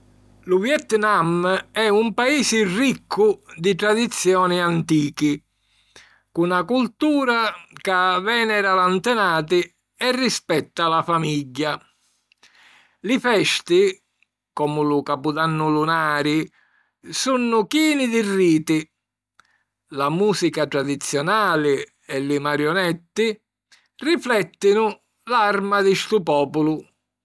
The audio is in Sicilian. Lu Vietnam è un paisi riccu di tradizioni antichi, cu na cultura ca vènera l’antenati e rispetta la famigghia. Li festi, comu lu capudannu lunari, sunnu chini di riti. La mùsica tradizionali e li marionetti riflèttinu l’arma di stu pòpulu.